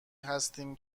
هستیم